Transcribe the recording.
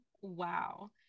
Wow